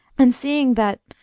and seeing that,